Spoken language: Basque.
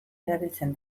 erabiltzen